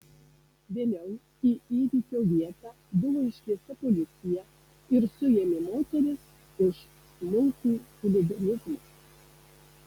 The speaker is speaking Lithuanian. vėliau į įvykio vietą buvo iškviesta policija ir suėmė moteris už smulkų chuliganizmą